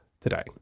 today